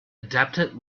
adapted